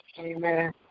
Amen